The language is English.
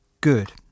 good